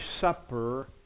supper